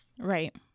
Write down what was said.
Right